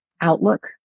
outlook